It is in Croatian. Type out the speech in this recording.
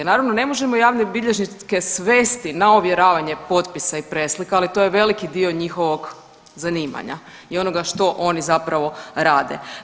Naravno ne možemo javne bilježnike svesti na ovjeravanje potpisa ili preslika ali to je veliki dio njihovog zanimanja i onoga što oni zapravo rade.